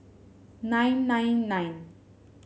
nine nine nine